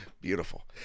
beautiful